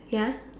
ya